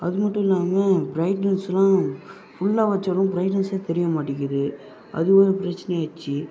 அது மட்டும் இல்லாமல் பிரைட்னஸ்லாம் ஃபுல்லாக வச்சாலும் ப்ரைட்னஸ்ஸே தெரியமாட்டேங்குது அது ஒரு பிரச்சினையாயிடுச்சி